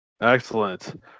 Excellent